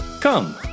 Come